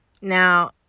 now